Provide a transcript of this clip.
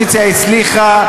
שהאופוזיציה הצליחה,